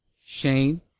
Shane